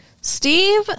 Steve